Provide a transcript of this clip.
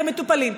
מטופלים.